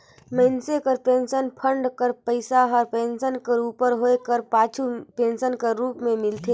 मइनसे कर pension fund कर पइसा हर पेंसन कर उमर होए कर पाछू पेंसन कर रूप में मिलथे